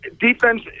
defense –